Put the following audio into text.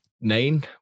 nine